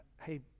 hey